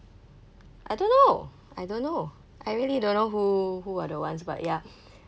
I don't know I don't know I really don't know who who are the ones but ya